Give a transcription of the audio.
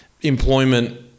employment